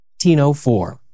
1804